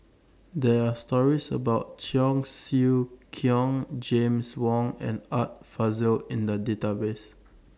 There Are stories about Cheong Siew Keong James Wong and Art Fazil in The Database